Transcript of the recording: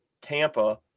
Tampa